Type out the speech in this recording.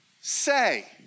say